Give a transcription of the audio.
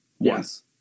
Yes